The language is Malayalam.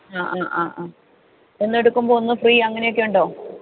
ആ ആ ആ ആ ഒന്ന് എടുക്കുമ്പോൾ ഒന്ന് ഫ്രീ അങ്ങനെയൊക്കെ ഉണ്ടോ